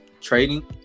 trading